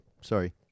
Sorry